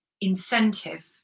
incentive